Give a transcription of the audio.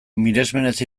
miresmenez